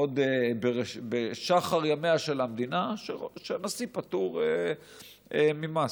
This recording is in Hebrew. עוד בשחר ימיה של המדינה, שהנשיא פטור ממס,